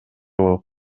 болуп